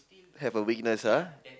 have a weakness ah